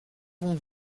vont